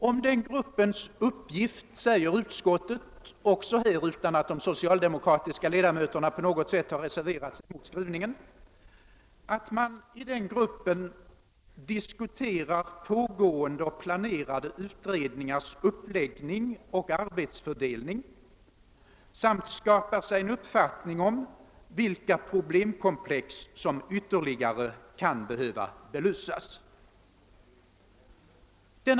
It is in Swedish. Om gruppens uppgift säger utskottet — också här utan att de socialdemokratiska ledamöterna på något sätt reserverat sig mot skrivningen — att gruppen skall »diskutera pågående och planerade utredningars uppläggning och arbetsfördelning samt skapa sig en uppfattning om vilka problemkomplex som ytterligare kan behöva belysas».